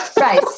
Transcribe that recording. Right